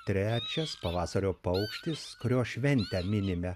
trečias pavasario paukštis kurio šventę minime